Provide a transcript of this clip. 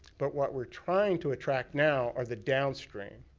but what we're trying to attract now are the downstream.